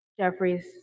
Jeffries